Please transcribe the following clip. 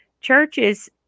churches